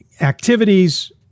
activities